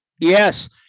Yes